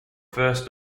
first